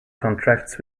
contracts